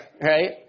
right